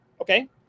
okay